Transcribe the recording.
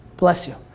bless you.